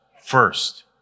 first